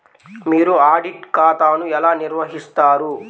మీరు ఆడిట్ ఖాతాను ఎలా నిర్వహిస్తారు?